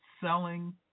selling